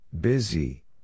Busy